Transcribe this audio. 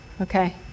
Okay